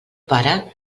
pare